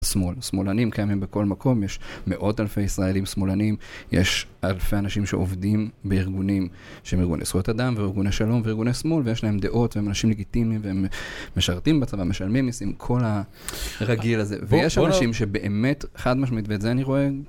שמאל, שמאלנים קיימים בכל מקום, יש מאות אלפי ישראלים שמאלנים, יש אלפי אנשים שעובדים בארגונים שהם ארגוני זכויות אדם וארגוני שלום וארגוני שמאל, ויש להם דעות והם אנשים לגיטימיים והם משרתים בצבא, משלמים מיסים, כל הרגיל הזה. ויש אנשים שבאמת, חד משמעית ואת זה אני רואה...